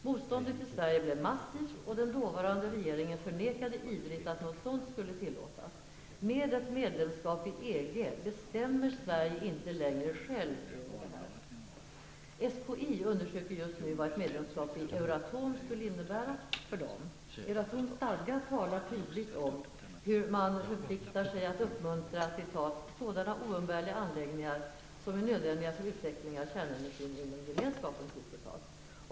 Motståndet i Sverige blev massivt, och den dåvarande regeringen förnekade ivrigt att något sådant skulle tillåtas. Med ett medlemskap i EG bestämmer Sverige inte längre självt över detta. SKI undersöker just nu vad ett medlemskap i Euratom skulle innebära för dem. Euratoms stadga talar tydligt om hur man förpliktar sig att uppmuntra ''sådana oumbärliga anläggningar som är nödvändiga för utvecklingen av kärnenergin inom gemenskapen''.